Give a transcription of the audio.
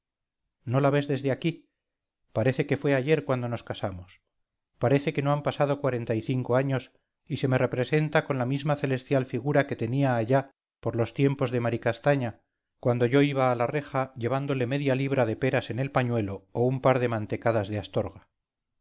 no la ves desde aquí parece que fue ayer cuando nos casamos parece que no han pasado cuarenta y cinco años y se me representa con la misma celestial figura que tenía allá por los tiempos de maricastaña cuando yo iba a la reja llevándole media libra de peras en el pañuelo o un par de mantecadas de astorga